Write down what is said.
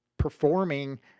performing